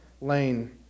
lane